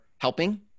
helping